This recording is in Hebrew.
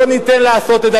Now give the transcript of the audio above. לא ניתן לעשות את זה.